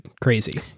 crazy